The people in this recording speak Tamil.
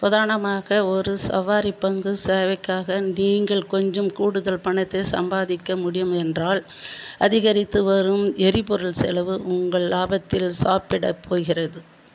உதாரணமாக ஒரு சவாரி பங்கு சேவைக்காக நீங்கள் கொஞ்சம் கூடுதல் பணத்தை சம்பாதிக்க முடியும் என்றால் அதிகரித்து வரும் எரிபொருள் செலவு உங்கள் லாபத்தில் சாப்பிடப் போகிறது